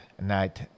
night